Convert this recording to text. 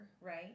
right